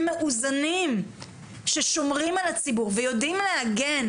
מאוזנים ששומרים על הציבור ויודעים להגן,